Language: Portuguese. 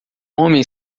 homem